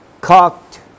cocked